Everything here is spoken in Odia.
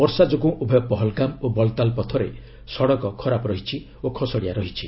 ବର୍ଷା ଯୋଗୁଁ ଉଭୟ ପହଲ୍ଗାମ୍ ଓ ବଲ୍ତାଲ୍ ପଥରେ ସଡ଼କ ଖରାପ ହୋଇଯାଇଛି ଓ ଖସଡ଼ିଆ ରହିଛି